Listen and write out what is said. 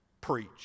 preach